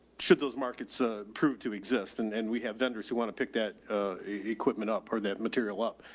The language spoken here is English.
should those markets, ah, proved to exist. and and we have vendors who want to pick that equipment up or that material up.